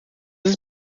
ist